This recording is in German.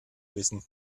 wissen